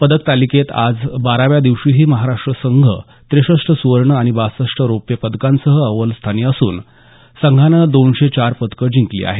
पदक तालिकेत आज बाराव्या दिवशीही महाराष्ट्र संघ ट्रेसष्ट सुवर्ण आणि बासष्ट रौप्य पदकांसह अव्वलस्थानी असून संघानं दोनशे चार पदकं जिंकली आहेत